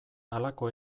halako